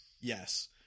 Yes